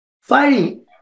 fighting